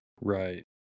Right